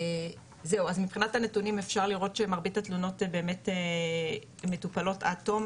אז מבחינת הנתונים אפשר לראות שמרבית התלונות הם באמת מטופלות עד תום,